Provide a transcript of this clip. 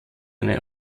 eine